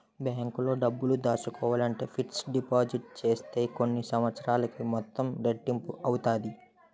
బ్యాంకులో డబ్బులు దాసుకోవాలంటే ఫిక్స్డ్ డిపాజిట్ సేత్తే కొన్ని సంవత్సరాలకి మొత్తం రెట్టింపు అవుతాది